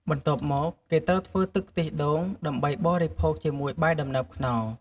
បន្ទាប់មកគេត្រូវធ្វើទឹកខ្ទិះដូង ដើម្បីបរិភោគជាមួយបាយដំណើបខ្នុរ។